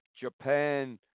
Japan